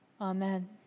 amen